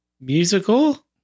musical